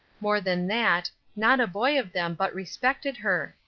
more than that, not a boy of them but respected her.